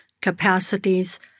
Capacities